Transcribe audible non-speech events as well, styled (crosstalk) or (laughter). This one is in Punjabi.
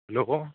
(unintelligible)